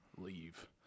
leave